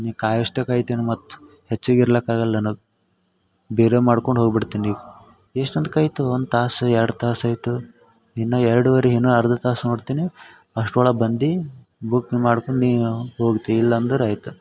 ಇನ್ನು ಕಾಯುವಷ್ಟು ಕಾಯ್ತೀನಿ ಮತ್ತೆ ಹೆಚ್ಚಿಗಿ ಇರ್ಲಕ್ಕೆ ಆಗಲ್ಲ ನನಗೆ ಬೇರೆ ಮಾಡ್ಕೊಂಡು ಹೋಗಿ ಬಿಡ್ತೀನಿ ಈಗ ಎಷ್ಟಂತ ಕಾಯ್ತು ಒಂದು ತಾಸು ಎರಡು ತಾಸು ಆಯಿತು ಇನ್ನ ಎರಡುವರೆ ಇನ್ನು ಅರ್ಧ ತಾಸು ನೋಡ್ತೀನಿ ಅಷ್ಟ್ರ ಒಳಗೆ ಬಂದಿ ಬುಕಿಂಗ್ ಮಾಡ್ಕೊಂಡು ನೀನು ಹೋಗ್ತಿ ಇಲ್ಲಾಂದ್ರೆ ಆಯಿತು